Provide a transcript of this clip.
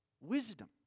wisdom